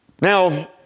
Now